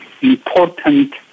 important